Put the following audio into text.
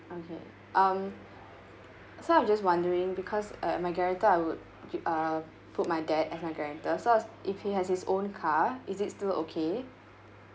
okay um so I was just wondering because uh my guarantor I would ju~ uh put my dad as my guarantor so I was if he has his own car is it still okay